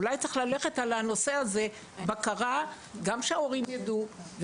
אולי צריך ללכת יותר על הנושא הזה כדי שההורים ידעו.